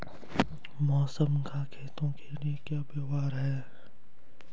मौसम का खेतों के लिये क्या व्यवहार है?